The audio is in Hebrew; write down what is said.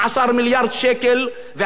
והמדינה תקבל מסים רק 6%,